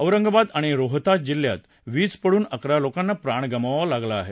औरंगाबाद आणि रोहताज जिल्ह्यात वीज पडून अकरा लोकांना प्राण गमवावा लागला आहे